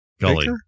Gully